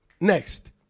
Next